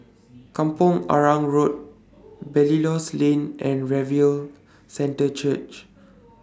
Kampong Arang Road Belilios Lane and Revival Centre Church